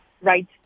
right